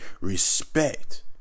respect